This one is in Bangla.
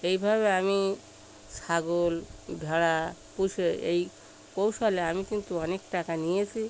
এইভাবে আমি ছাগল ভেড়া পুষে এই কৌশলে আমি কিন্তু অনেক টাকা নিয়েছি